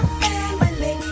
family